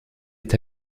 est